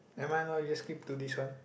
never mind lor you just skip to this one